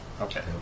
Okay